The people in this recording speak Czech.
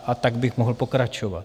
A tak bych mohl pokračovat.